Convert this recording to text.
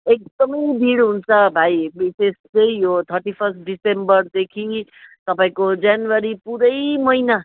एकदमै भिड हुन्छ भाइ त्यस्तै हो थर्टी फर्स्ट डिसेम्बरदेखि तपाईँको जेनवरी पुरै महिना